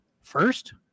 first